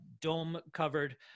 dome-covered